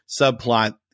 subplot